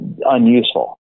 unuseful